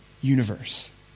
universe